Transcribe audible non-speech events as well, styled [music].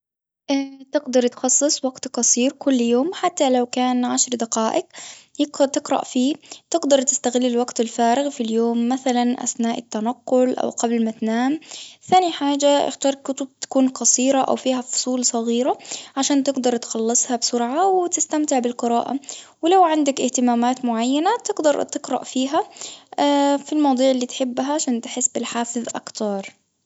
[hesitation] تقدر تخصص وقت قصير كل يوم حتى لو كان عشر دقائق، ي- تقرأ فيه تقدر تستغل الوقت الفارغ في اليوم مثلًا أثناء التنقل أو قبل ما تنام، ثاني حاجة اختر كتب تكون قصيرة أو فيها فصول صغيرة، عشان تقدر تخلصها بسرعة وتستمتع بالقراءة ولو عندك اهتمامات معينة بتقدر تقرأ فيها، [hesitation] في المواضيع اللي تحبها عشان تحس بالحافز أكتر.